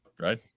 Right